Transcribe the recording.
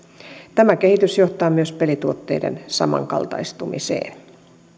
tämä kehitys johtaa myös pelituotteiden samankaltaistumiseen